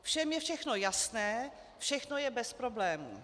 Všem je všechno jasné, všechno je bez problémů.